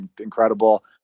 incredible